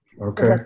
Okay